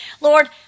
Lord